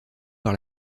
par